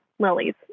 Lilies